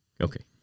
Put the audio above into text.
Okay